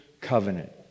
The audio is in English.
covenant